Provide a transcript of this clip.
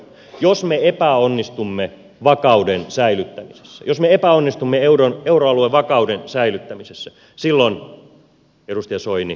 jos me epäonnistumme vakauden säilyttämisessä jos me epäonnistumme euroalueen vakauden säilyttämisessä silloin edustaja soini sinä maksat